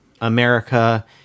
America